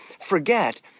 forget